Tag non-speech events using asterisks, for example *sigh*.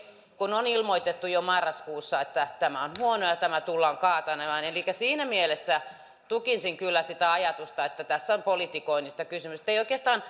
kun on ilmoitettu jo marraskuussa että tämä on huono ja tämä tullaan kaatamaan niin siinä mielessä tukisin kyllä sitä ajatusta että tässä on politikoinnista kysymys että ei oikeastaan *unintelligible*